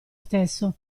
stesso